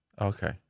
Okay